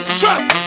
trust